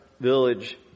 village